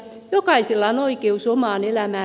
jokaisella on oikeus omaan elämään